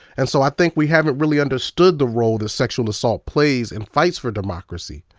and so i think we haven't really understood the role that sexual assault plays in fights for democracy.